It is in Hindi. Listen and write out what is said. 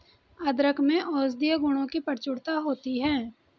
अदरक में औषधीय गुणों की प्रचुरता होती है